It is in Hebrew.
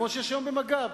כמו שיש היום במג"ב,